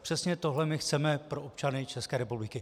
Přesně tohle my chceme pro občany České republiky.